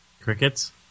Crickets